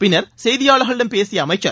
பின்னர் செய்தியாளர்களிடம் பேசிய அமைச்சர்